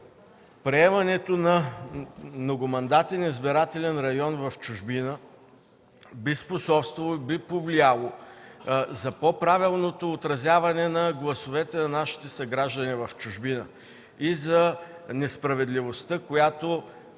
Приемането на многомандатен избирателен район в чужбина би способствало и повлияло за по-правилното отразяване на гласовете на нашите съграждани в чужбина и за несправедливостта, която